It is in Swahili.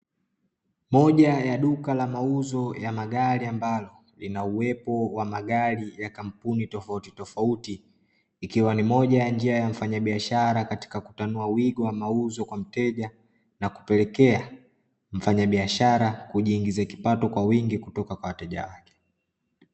Moja ya duka la mauzo ya magari ambalo, linauwepo wa magari ya kampuni tofauti tofauti. Ikiwa ni moja ya njia ya mfanyabiashara katika kutanua wigo mauzo kwa mteja na kupelekea mfanyabishara kujiingiza kipato kwa wingi kutoka kwa wateja wake.